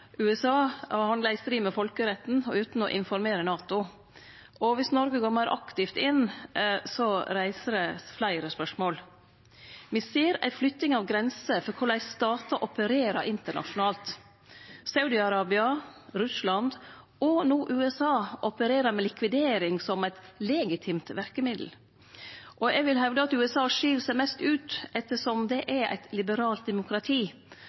USA handla i strid med folkeretten og utan å informere NATO. Viss Noreg går meir aktivt inn, reiser det fleire spørsmål. Me ser ei flytting av grenser for korleis statar opererer internasjonalt. Saudi-Arabia, Russland og no USA opererer med likvidering som eit legitimt verkemiddel. Eg vil hevde at USA skil seg mest ut, ettersom det er eit liberalt demokrati,